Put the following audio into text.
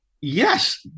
Yes